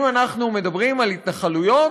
אם אנחנו מדברים על התנחלויות,